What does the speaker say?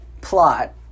plot